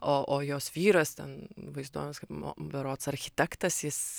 o o jos vyras ten vaizduojamas kaip berods architektas jis